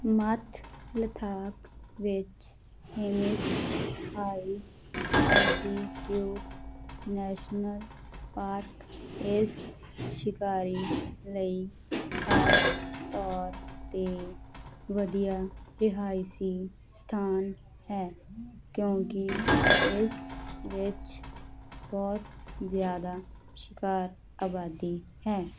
ਮੱਧ ਲੱਦਾਖ ਵਿੱਚ Hemis high altitude national park ਇਸ ਸ਼ਿਕਾਰੀ ਲਈ ਖ਼ਾਸ ਤੌਰ 'ਤੇ ਵਧੀਆ ਰਿਹਾਇਸ਼ੀ ਸਥਾਨ ਹੈ ਕਿਉਂਕਿ ਇਸ ਵਿੱਚ ਬਹੁਤ ਜ਼ਿਆਦਾ ਸ਼ਿਕਾਰ ਆਬਾਦੀ ਹੈ